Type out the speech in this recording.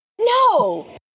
No